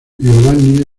giovanni